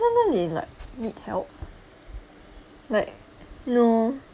normally like need help like no